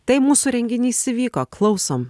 tai mūsų renginys įvyko klausom